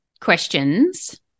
questions